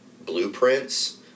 blueprints